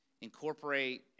incorporate